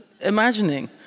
imagining